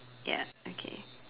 ya okay